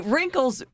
Wrinkles